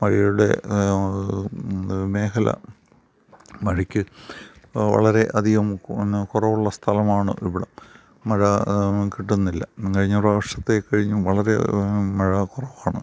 മഴയുടെ മേഖല മഴയ്ക്ക് വളരെ അധികം കുറവുള്ള സ്ഥലമാണ് ഇവിടം മഴ കിട്ടുന്നില്ല കഴിഞ്ഞ പ്രാവശ്യത്തെ കഴിഞ്ഞു വളരെ മഴ കുറവാണ്